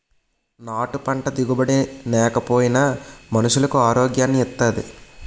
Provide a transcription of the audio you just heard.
నాటు పంట దిగుబడి నేకపోయినా మనుసులకు ఆరోగ్యాన్ని ఇత్తాది